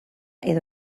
edo